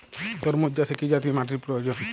তরমুজ চাষে কি জাতীয় মাটির প্রয়োজন?